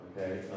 Okay